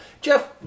Jeff